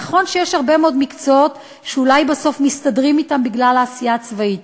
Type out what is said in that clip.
נכון שיש הרבה מאוד מקצועות שאולי בסוף מסתדרים אתם בגלל העשייה הצבאית,